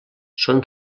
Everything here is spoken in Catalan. són